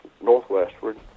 northwestward